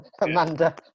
Amanda